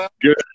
Good